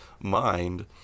mind